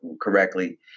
correctly